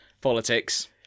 politics